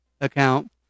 account